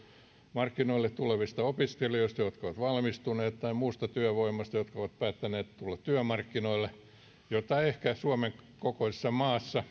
markkinoille tulevista opiskelijoista jotka ovat valmistuneet tai muusta työvoimasta joka on päättänyt tulla työmarkkinoille ja jota suomen kokoisessa maassa